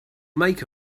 make